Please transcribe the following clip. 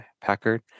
packard